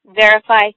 verify